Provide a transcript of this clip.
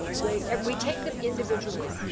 we and we take them individually.